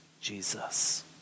Jesus